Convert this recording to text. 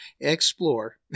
explore